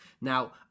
Now